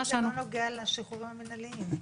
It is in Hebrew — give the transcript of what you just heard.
אבל זה לא נוגע לשחרורים המינהליים.